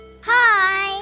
Hi